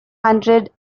hundred